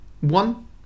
One